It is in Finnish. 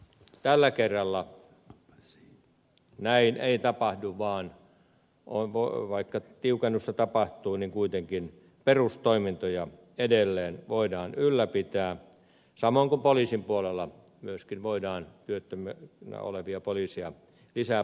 tällä kerralla näin ei tapahdu vaan kuitenkin perustoimintoja edelleen voidaan ylläpitää vaikka tiukennusta tapahtuu samoin kuin poliisin puolella myöskin voidaan työttöminä olevia poliiseja palkata lisää